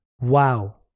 Wow